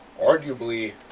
arguably